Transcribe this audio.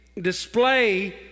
display